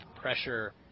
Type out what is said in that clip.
pressure